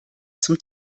zum